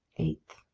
eight.